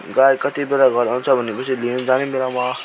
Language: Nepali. गाई कति बेला घर आउँछ भन्ने लिनु जाने बेलामा